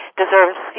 deserves